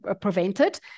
prevented